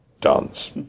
dance